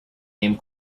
name